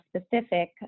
specific